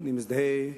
שאני מזדהה